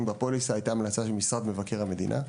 בפוליסה הייתה המלצה של משרד מבקר המדינה.